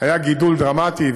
היה גידול דרמטי,